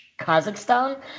kazakhstan